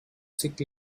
sick